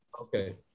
Okay